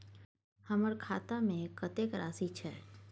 हमर खाता में कतेक राशि छै?